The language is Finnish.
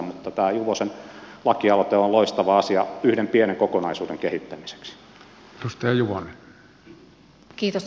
mutta tämä juvosen lakialoite on loistava asia yhden pienen kokonaisuuden kehittämiseksi